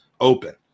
open